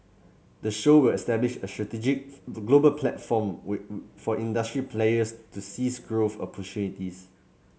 the show will establish a strategic to global platform with for industry players to seize growth opportunities